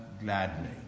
gladly